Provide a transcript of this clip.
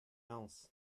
else